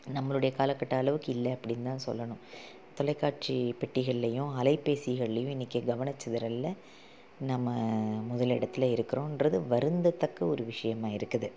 நம்மளுடைய காலக்கட்ட அளவுக்கு இல்லை அப்படின்னு தான் சொல்லணும் தொலைக்காட்சி பெட்டிகள்லையும் அலைப்பேசிகள்லையும் இன்றைக்கி கவனச்சிதறலில் நம்ம முதலிடத்தில் இருக்குறோன்கிறது வருந்தத்தக்க ஒரு விஷயமாக இருக்குது